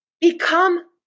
Become